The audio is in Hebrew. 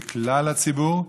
של כלל הציבור.